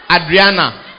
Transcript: Adriana